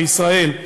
בישראל,